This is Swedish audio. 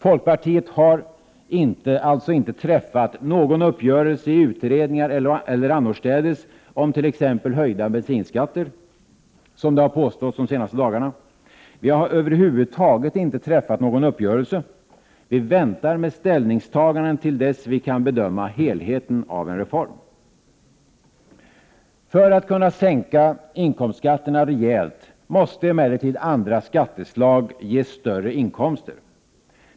Folkpartiet har alltså inte träffat någon uppgörelse i utredningar eller annorstädes om t.ex. en höjning av bensinskatterna, såsom påståtts de senaste dagarna. Vi har över huvud taget inte träffat någon uppgörelse. Vi väntar med ställningstagandena till dess vi kan bedöma helheten av en reform. För att kunna sänka inkomstskatterna rejält måste emellertid andra skatteslag ge större inkomster.